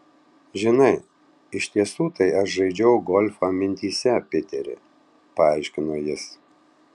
žinai iš tiesų tai aš žaidžiau golfą mintyse piteri paaiškino jis